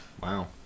Wow